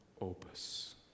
opus